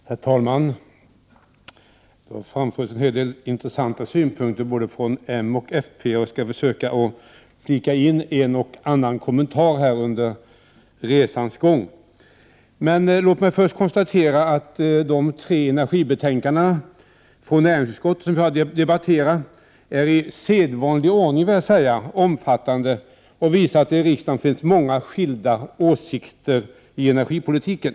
Herr talman! Det har framförts en hel del intressanta synpunkter från både moderata samlingspartiet och folkpartiet, och jag skall under resans gång försöka flika in en och annan kommentar. Låt mig först konstatera att de tre energibetänkanden från näringsutskottet som vi nu skall debattera i sedvanlig ordning är omfattande och visar att det i riksdagen finns många skilda åsikter i energipolitiken.